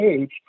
age